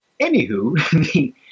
Anywho